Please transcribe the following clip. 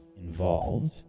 involved